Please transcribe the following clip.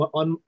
on